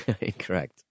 Incorrect